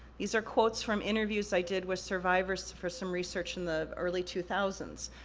these are quotes from interviews i did with survivors for some research in the early two thousand s.